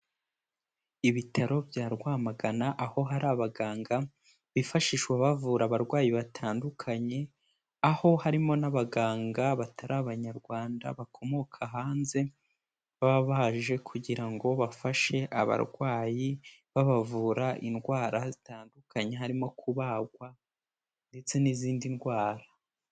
Ibitaro bya Rwamagana, aho hari abaganga bifashishwa bavura abarwayi batandukanye, aho harimo n'abaganga batari Abanyarwanda, bakomoka hanze, baba baje kugira ngo bafashe abarwayi, babavura indwara zitandukanye, harimo kubagwa ndetse n'izindi ndwara.